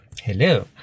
Hello